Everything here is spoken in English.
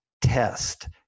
test